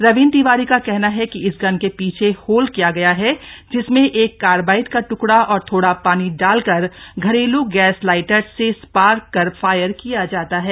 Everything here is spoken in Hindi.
रविन्द्र तिवारी का कहना है कि इस गन के पीछे होल किया गया है जिसमें एक कार्बाइट का ट्कड़ा और थोड़ा पानी शाल कर घरेलू गैस लाइटर से स्पार्क कर फायर किया जाता है